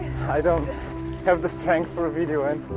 i don't have the strength for a video.